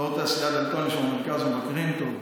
באזור התעשייה דלתון, יש שם מרכז מבקרים טוב.